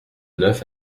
neuf